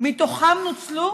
ומתוכם נוצלו,